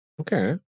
Okay